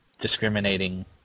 discriminating